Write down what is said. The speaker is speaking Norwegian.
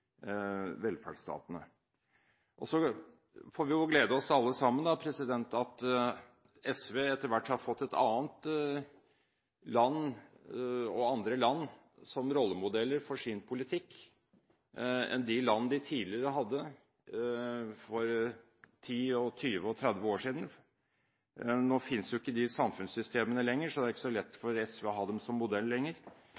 velferdsstatene. Vi får glede oss alle sammen over at SV etter hvert har fått andre land som rollemodeller for sin politikk enn de land de tidligere hadde – for 10, 20 og 30 år siden. Nå finnes ikke de samfunnssystemene lenger, så det er ikke så lett